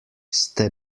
ste